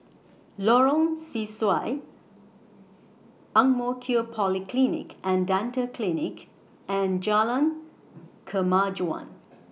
Lorong Sesuai Ang Mo Kio Polyclinic and Dental Clinic and Jalan Kemajuan